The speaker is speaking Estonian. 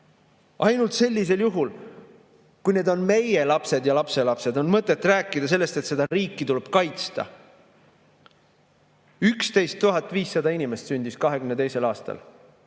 Ainult sellisel juhul, kui need on meie lapsed ja lapselapsed, on mõtet rääkida sellest, et seda riiki tuleb kaitsta. 11 500 inimest sündis 2022. aastal.